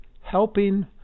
helping